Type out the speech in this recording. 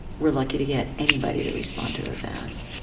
we're lucky to get anybody to respond to those ads,